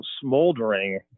smoldering